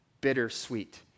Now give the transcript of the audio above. bittersweet